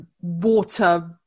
water